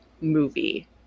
movie